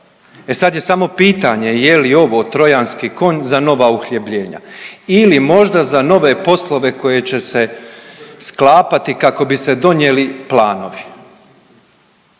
E, sada je samo pitanje je li ovo Trojanski konj za nova uhljebljenja. Ili možda za nove poslove koje će se sklapati kako bi se donijeli planovi.